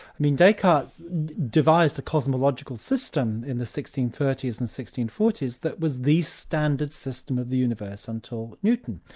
i mean descartes devised the cosmological system in the sixteen thirty s and sixteen forty s that was the standard system of the universe, until newton,